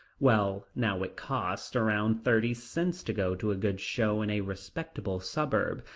well, now it costs around thirty cents to go to a good show in a respectable suburb,